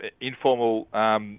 informal